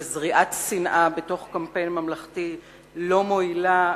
וזריעת שנאה בתוך קמפיין ממלכתי לא מועילה,